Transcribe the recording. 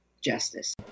Justice